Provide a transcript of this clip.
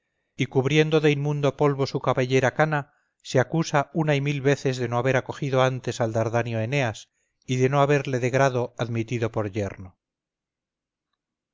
y cubriendo de inmundo polvo su cabellera cana se acusa una y mil veces de no haber acogido antes al dardanio eneas y de no haberle de grado admitido por yerno